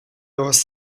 was